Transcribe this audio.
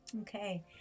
Okay